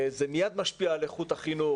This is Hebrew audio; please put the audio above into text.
זה מיד משפיע על איכות החינוך.